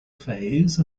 phase